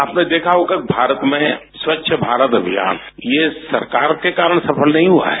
आपने देखा होगा कि भारत में स्वच्छ भारत अभियान यह सरकार के कारण सफल नहीं हुआ है